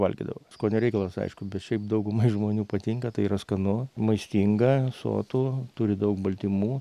valgydavo skonio reikalas aišku bet šiaip daugumai žmonių patinka tai yra skanu maistinga sotu turi daug baltymų